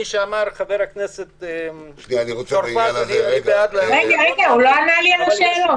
כפי שאמר --- אבל הוא לא ענה לי על השאלה.